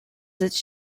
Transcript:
its